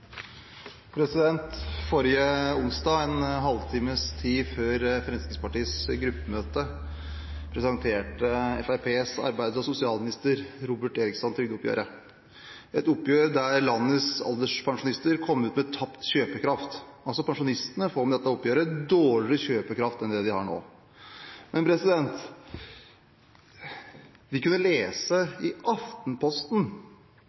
hovedspørsmål. Forrige onsdag, en halvtimes tid før Fremskrittspartiets gruppemøte, presenterte Fremskrittspartiets arbeids- og sosialminister Robert Eriksson trygdeoppgjøret, et oppgjør der landets alderspensjonister kom ut med tapt kjøpekraft. Pensjonistene får med dette oppgjøret altså dårligere kjøpekraft enn det de har nå. Men i Aftenposten